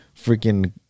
freaking